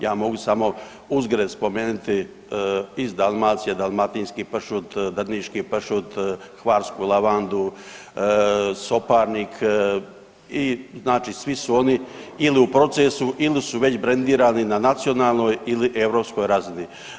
Ja mogu samo uzgred spomenuti, iz Dalmacije dalmatinski pršut, drniški pršut, hvarsku lavandu, soparnik i znači svi su oni ili u procesu ili su već brendirani na nacionalnoj ili europskoj razini.